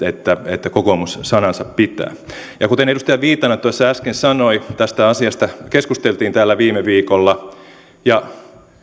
että kokoomus sanansa pitää kuten edustaja viitanen tuossa äsken sanoi tästä asiasta keskusteltiin täällä viime viikolla ja